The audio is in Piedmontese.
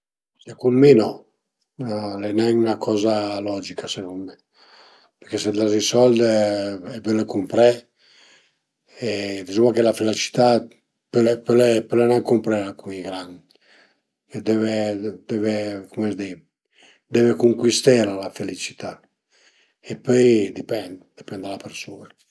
Secund mi no, al e nen 'na coza logica secund mi perché se l'as i sold e völe cumpré e dizuma che la felicità pöle nen cumprela cun i gran, döve döve cum a s'dis döve cuncuistela la felicità e pöi dipend, dipend da la persun-a